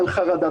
על חרדה,